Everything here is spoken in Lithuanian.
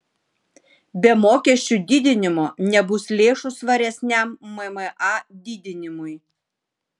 be mokesčių didinimo nebus lėšų svaresniam mma didinimui